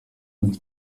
byo